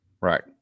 Right